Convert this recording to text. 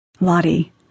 Lottie